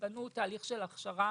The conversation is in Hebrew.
בנו תהליך של הכשרה